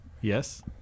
Yes